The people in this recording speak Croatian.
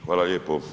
Hvala lijepo.